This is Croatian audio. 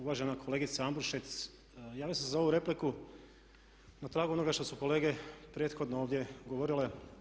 Uvažena kolegice Ambrušec javio sam se za ovu repliku na tragu onoga što su kolege prethodno ovdje govorile.